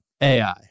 ai